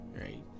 Right